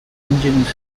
engines